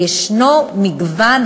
ישנו מגוון,